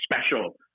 special